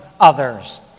others